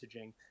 messaging